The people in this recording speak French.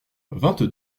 vingt